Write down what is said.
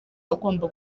agomba